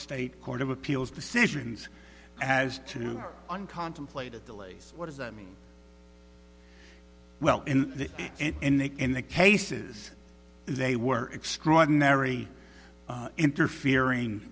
state court of appeals decisions as to no one contemplated delays what does that mean well in the in the in the cases they were extraordinary interfering